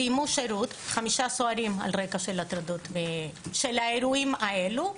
חמישה סוהרים סיימו שירות על רקע של האירועים האלו,